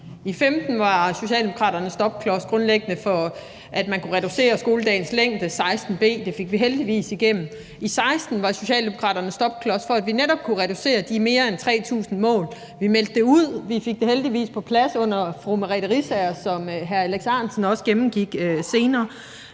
I 2015 var Socialdemokraterne grundlæggende stopklods for, at man kunne reducere skoledagens længde, som det blev foreslået i 16 b, men det fik vi heldigvis igennem. I 2016 var Socialdemokraterne stopklods for, at vi netop kunne reducere de mere end 3.000 mål. Vi meldte det ud, og vi fik det heldigvis senere på plads under fru Merete Riisager, som hr. Alex Ahrendtsen også har gennemgået.